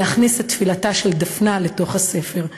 להכניס את תפילתה של דפנה לתוך הספר.